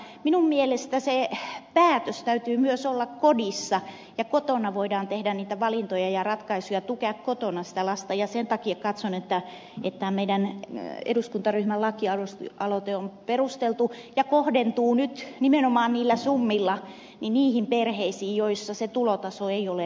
mutta minun mielestäni se päätös täytyy tehdä myös kodissa ja kotona voidaan tehdä niitä valintoja ja ratkaisuja tukea kotona sitä lasta ja sen takia katson että meidän eduskuntaryhmän lakialoite on perusteltu ja kohdentuu nyt nimenomaan niillä summilla niihin perheisiin joissa se tulotaso ei ole